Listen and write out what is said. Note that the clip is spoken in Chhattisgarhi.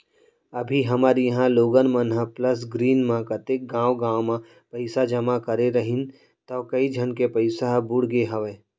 अभी हमर इहॉं लोगन मन ह प्लस ग्रीन म कतेक गॉंव गॉंव म पइसा जमा करे रहिन तौ कइ झन के पइसा ह बुड़गे हवय